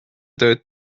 tööd